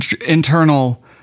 internal